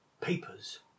papers